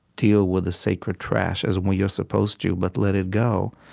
deal with the sacred trash as we are supposed to, but let it go,